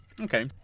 Okay